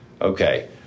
Okay